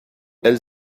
elle